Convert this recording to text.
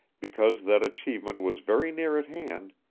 because that achievement was very near at hand,